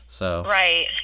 Right